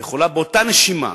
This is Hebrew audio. יכולה באותה נשימה,